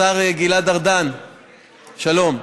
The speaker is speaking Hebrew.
השר גלעד ארדן, שלום,